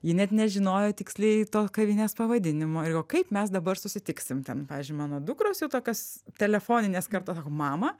ji net nežinojo tiksliai to kavinės pavadinimo ir jau va kaip mes dabar susitiksim ten pavyzdžiui mano dukros jau tokios telefoninės kartos sako mama